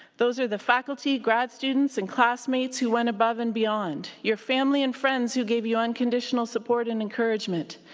those are the faculty, grad students, and classmates who went above and beyond. your family and friends who gave you unconditional support and encouragement.